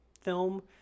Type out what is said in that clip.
film